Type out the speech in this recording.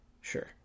Sure